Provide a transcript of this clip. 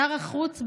שר החוץ,